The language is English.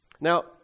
Now